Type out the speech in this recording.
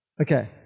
Okay